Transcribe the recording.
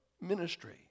ministry